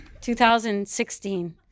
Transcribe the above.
2016